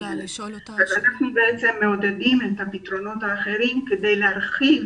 אנחנו מעודדים פתרונות אחרים כדי להרחיב